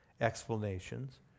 explanations